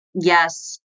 yes